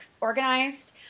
organized